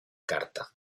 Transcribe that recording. carta